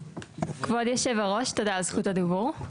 כבוד יושב הראש, תודה על זכות הדיבור.